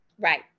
Right